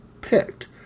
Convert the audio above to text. picked